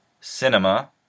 cinema